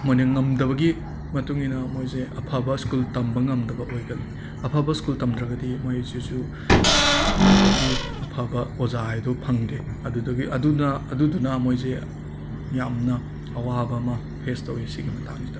ꯃꯣꯏꯅ ꯉꯝꯗꯕꯒꯤ ꯃꯇꯨꯡ ꯏꯟꯅ ꯃꯣꯏꯖꯦ ꯑꯐꯕ ꯁ꯭ꯀꯨꯜ ꯇꯝꯕ ꯉꯝꯗꯕ ꯑꯣꯏꯒꯜꯂꯤ ꯑꯐꯕ ꯁ꯭ꯀꯨꯜ ꯇꯝꯗ꯭ꯔꯒꯗꯤ ꯃꯣꯏꯁꯤꯁꯨ ꯈ꯭ꯋꯥꯏꯗꯒꯤ ꯑꯐꯕ ꯑꯣꯖꯥ ꯍꯥꯏꯗꯣ ꯐꯪꯗꯦ ꯑꯗꯨꯗꯨꯒꯤ ꯑꯗꯨꯅ ꯑꯗꯨꯗꯨꯅ ꯃꯣꯏꯖꯦ ꯌꯥꯝꯅ ꯑꯋꯥꯕ ꯑꯃ ꯐꯦꯁ ꯇꯧꯋꯦ ꯁꯤꯒꯤ ꯃꯇꯥꯡꯁꯤꯗ